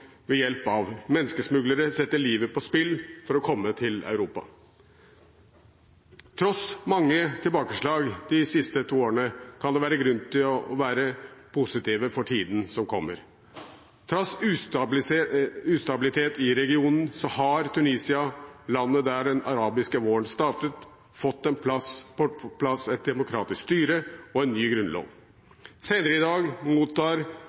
ved hjelp av menneskesmuglere setter livet på spill for å komme til Europa. Tross mange tilbakeslag de to siste årene kan det være grunn til å være positiv for tiden som kommer. Trass ustabilitet i regionen har Tunisia, landet der den arabiske våren startet, fått på plass et demokratisk styre og en ny grunnlov. Senere i dag mottar